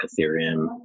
Ethereum